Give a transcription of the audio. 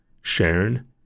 Sharon